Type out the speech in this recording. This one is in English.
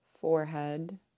forehead